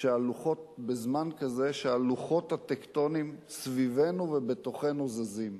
בזמן כזה שהלוחות הטקטוניים סביבנו ובתוכנו זזים.